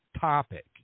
topic